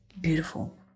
Beautiful